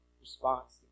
response